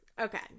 Okay